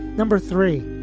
number three,